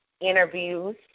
interviews